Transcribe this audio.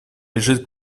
лежит